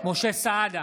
משה סעדה,